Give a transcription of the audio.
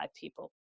people